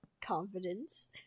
confidence